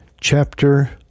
chapter